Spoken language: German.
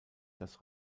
das